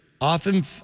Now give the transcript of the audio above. Often